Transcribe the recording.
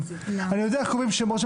אני יודע איך קובעים שמות בערים,